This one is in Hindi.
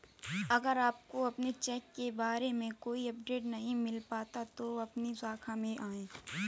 अगर आपको अपने चेक के बारे में कोई अपडेट नहीं मिल पाता है तो अपनी शाखा में आएं